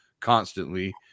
constantly